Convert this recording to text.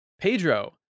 Pedro